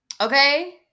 Okay